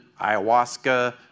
ayahuasca